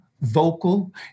Vocal